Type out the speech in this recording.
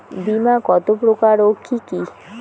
বীমা কত প্রকার ও কি কি?